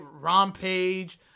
Rompage